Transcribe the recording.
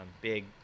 Big